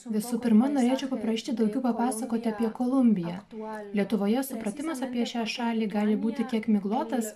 visų pirma norėčiau paprašyti daugiau papasakoti apie kolumbiją lietuvoje supratimas apie šią šalį gali būti kiek miglotas